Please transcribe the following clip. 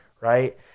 right